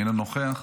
אינו נוכח,